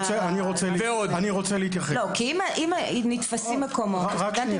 אם נתפסים מקומות על ידי סטודנטים